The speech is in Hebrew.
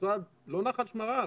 והמשרד לא נח על שמריו,